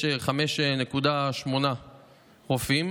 יש 5.8 רופאים